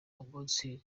umunsi